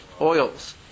oils